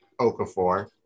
Okafor